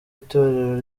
itorero